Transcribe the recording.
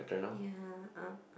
ya uh